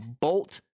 Bolt